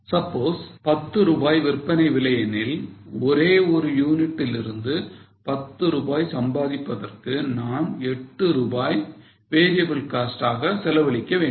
Suppose 10 ரூபாய் விற்பனை விலை எனில் ஒரே ஒரு யூனிட்டில் இருந்து 10 ரூபாய் சம்பாதிப்பதற்கு நான் 8 ரூபாய் variable cost ஆக செலவழிக்க வேண்டும்